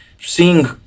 seeing